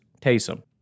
Taysom